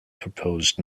proposed